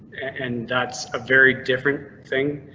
and that's a very different thing.